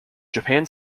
japan